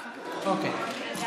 אוקיי.